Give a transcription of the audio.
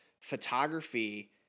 Photography